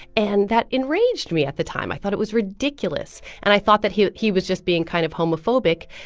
and that enraged me at the time. i thought it was ridiculous. and i thought that he he was just being kind of homophobic.